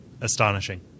Astonishing